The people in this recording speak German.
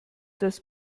das